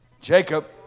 Jacob